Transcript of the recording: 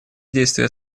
действия